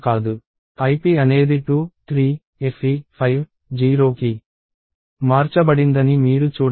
ip అనేది 2 3 fe 5 0కి మార్చబడిందని మీరు చూడవచ్చు